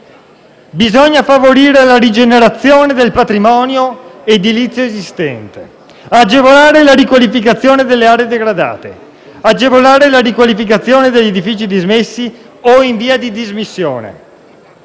suolo, favorire la rigenerazione del patrimonio edilizio esistente, agevolare la riqualificazione delle aree degradate, agevolare la riqualificazione degli edifici dismessi o in via di dismissione,